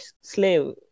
slave